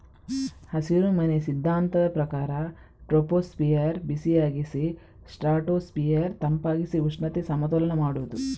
ಹಸಿರುಮನೆ ಸಿದ್ಧಾಂತದ ಪ್ರಕಾರ ಟ್ರೋಪೋಸ್ಫಿಯರ್ ಬಿಸಿಯಾಗಿಸಿ ಸ್ಟ್ರಾಟೋಸ್ಫಿಯರ್ ತಂಪಾಗಿಸಿ ಉಷ್ಣತೆ ಸಮತೋಲನ ಮಾಡುದು